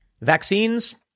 vaccines